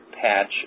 patch